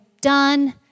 done